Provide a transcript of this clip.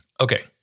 Okay